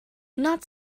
not